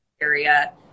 area